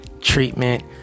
treatment